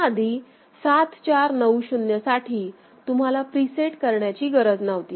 याआधी 7490 साठी तुम्हाला प्रीसेट करण्याची गरज नव्हती